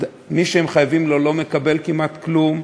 מי שהם חייבים לו לא מקבל כמעט כלום,